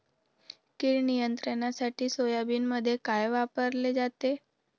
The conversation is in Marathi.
कीड नियंत्रणासाठी सोयाबीनमध्ये काय वापरले जाते?